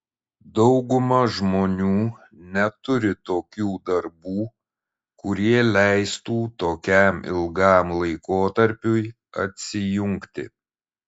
dauguma žmonių neturi tokių darbų kurie leistų tokiam ilgam laikotarpiui atsijungti